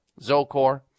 Zocor